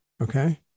Okay